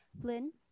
Flynn